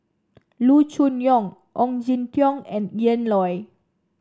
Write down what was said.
Loo Choon Yong Ong Jin Teong and Ian Loy